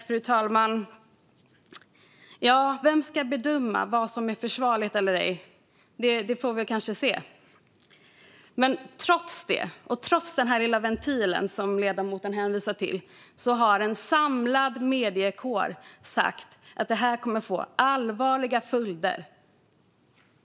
Fru talman! Vem ska bedöma vad som är försvarligt eller ej? Det får vi väl se. Trots den ventil ledamoten hänvisar till har en samlad mediekår sagt att detta kommer att få allvarliga följder.